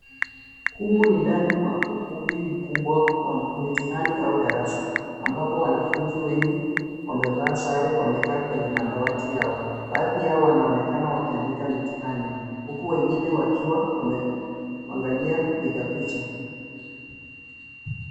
Humu ndani mwa ukumbi mkubwa wa mtihani au darasa ambapo wanafunzi wengi wamevaa sare wamekaa kwenye madawati yao baadhi yao wanaonekana wakiandika mtihani huku wengine wakiwa wame angalia mpiga picha.